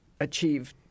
achieve